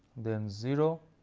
then zero